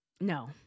No